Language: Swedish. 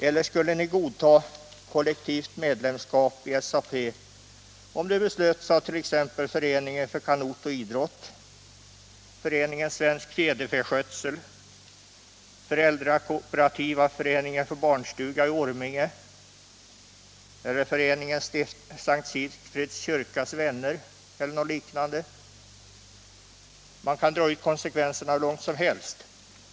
Eller skulle ni godta kollektivt medlemskap i SAP, om det beslöts att t.ex. Föreningen för kanotidrott, Föreningen Svensk fjäderfäskötsel, Föräldrakooperativa föreningen för barnstuga i Orminge eller Föreningen S:t Sigfrids kyrkas vänner och liknande föreningar skulle ansluta sig? Man kan dra ut konsekvenserna hur långt som helst.